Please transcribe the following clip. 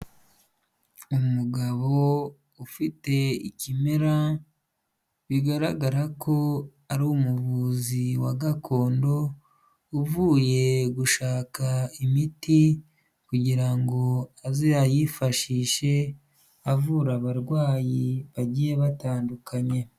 Umugabo ufite ikimera bigaragara ko ari umuvuzi wa gakondo, uvuye gushaka imiti kugira ngo azayifashishe avura abarwayi bagiye batandukanye.